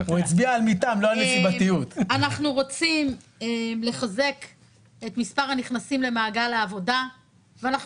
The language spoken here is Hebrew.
אנחנו רוצים לחזק את מספר הנכנסים למעגל העבודה ואנחנו